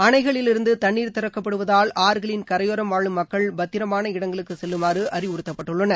அனைகளிலிருந்து தண்ணீர் திறக்கப்படுவதால் ஆறுகளின் கரையோரம் வாழும் மக்கள் பத்திரமாக இடங்களுக்கு செல்லுமாறு அறிவுறுத்தப்பட்டுள்ளனர்